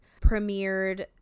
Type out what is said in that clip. premiered